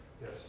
Yes